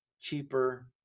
cheaper